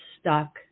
stuck